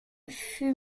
fut